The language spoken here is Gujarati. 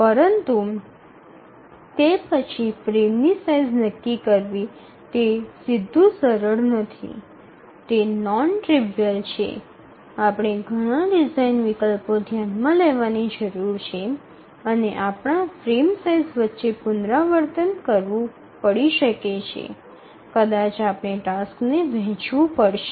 પરંતુ તે પછી ફ્રેમની સાઇઝ નક્કી કરવી તે સીધું સરળ નથી તે નોન ટ્રીવિઅલ છે આપણે ઘણા ડિઝાઇન વિકલ્પો ધ્યાનમાં લેવાની જરૂર છે અને આપણા ફ્રેમ સાઇઝ વચ્ચે પુનરાવર્તન કરવું પડી શકે છે કદાચ આપણે ટાસક્સને વહેચવું પડશે